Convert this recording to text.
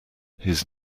his